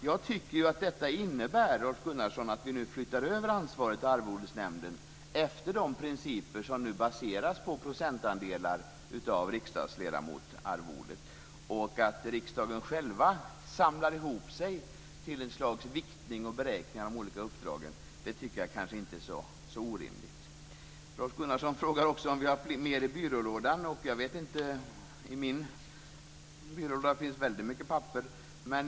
Jag tycker att detta innebär att vi flyttar över ansvaret till Arvodesnämnden, efter de principer som nu baseras på procentandelar av riksdagsledamotsarvodet, och att riksdagen själv samlar sig till ett slags viktning och beräkning av de olika uppdragen. Det är inte så orimligt. Rolf Gunnarsson frågar också om vi har mer i byrålådorna. Jag vet inte - i min byrålåda finns det väldigt mycket papper.